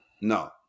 No